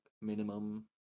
minimum